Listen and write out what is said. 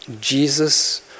Jesus